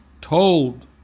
told